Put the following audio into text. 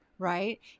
right